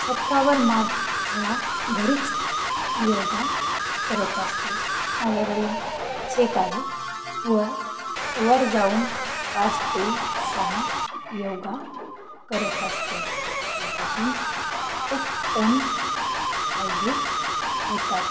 छतावर माझ्या घरीच योगा करत असते माझ्या घरी छत आहे वर वर जाऊन पाच ते सहा योगा करत असते त्यापासून खूप पण फायदे होतात